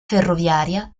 ferroviaria